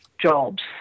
jobs